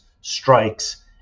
strikes